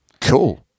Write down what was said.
Cool